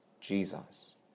Jesus